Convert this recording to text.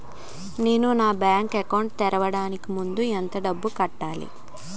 నేను నా bank account తెరవడానికి ముందు ఎంత డబ్బులు కట్టాలి?